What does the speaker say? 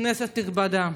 כנסת נכבדה,